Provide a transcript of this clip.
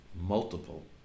multiple